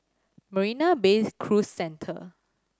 Marina Bay Cruise Centre